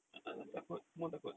uh uh takut semua orang takut